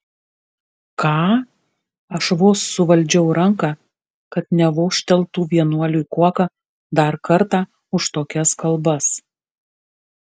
ką aš vos suvaldžiau ranką kad nevožteltų vienuoliui kuoka dar kartą už tokias kalbas